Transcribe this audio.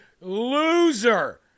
loser